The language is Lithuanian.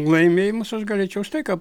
laimėjimus aš galėčiau štai ką